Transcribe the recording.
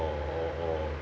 or or or